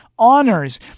honors